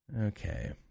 Okay